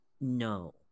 No